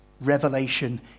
revelation